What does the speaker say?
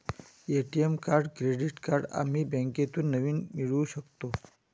ATM card credit card आम्ही बँकेतून नवीन मिळवू शकतो